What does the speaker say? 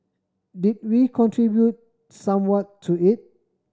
did we contribute somewhat to it